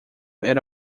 era